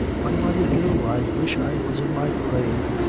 what am i to do? i wish i was in my grave!